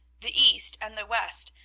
the east and the west,